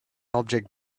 object